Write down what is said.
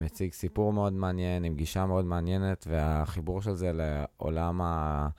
מציג סיפור מאוד מעניין, עם גישה מאוד מעניינת, והחיבור של זה לעולם ה...